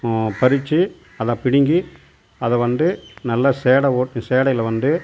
பறிச்சு அத பிடிங்கி அதை வந்து நல்லா சேடை ஓட்டி சேடையில் வந்து